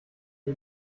die